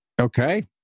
Okay